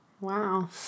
Wow